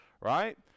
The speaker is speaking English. right